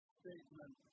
statement